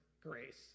grace